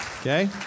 Okay